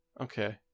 Okay